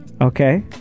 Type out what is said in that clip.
Okay